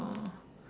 oh